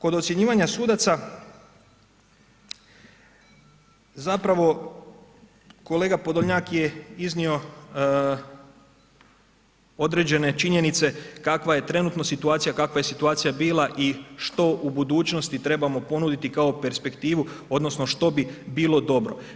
Kod ocjenjivanja sudaca zapravo kolega Podolnjak je iznio određene činjenice kakva je trenutno situacija, kakva je situacija bila i što u budućnosti trebamo ponuditi kao perspektivu odnosno što bi bilo dobro.